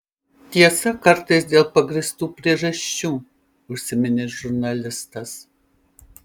tiesa kartais dėl pagrįstų priežasčių užsiminė žurnalistas